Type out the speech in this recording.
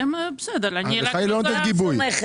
אתה לא מקבל גיבוי.